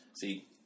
see